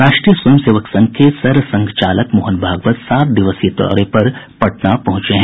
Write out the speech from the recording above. राष्ट्रीय स्वयं सेवक संघ के सरसंघचालक मोहन भागवत सात दिवसीय दौरे पर पटना पहुंचे हैं